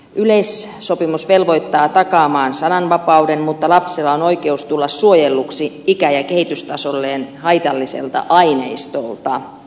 yleissopimus velvoittaa takaamaan sananvapauden mutta lapsella on oikeus tulla suojelluksi ikä ja kehitystasolleen haitalliselta aineistolta